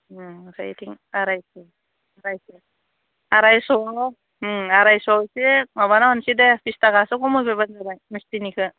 ओमफ्राय बेथिं आरायस' आरायस' आरायस' एसे माबाना हरनोसै दे बिस थाखासो खमायना होबाय मिस्थिनिखौ